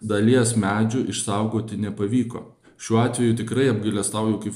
dalies medžių išsaugoti nepavyko šiuo atveju tikrai apgailestauju kaip